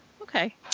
Okay